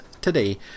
today